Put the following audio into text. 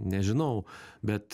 nežinau bet